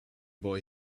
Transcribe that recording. boy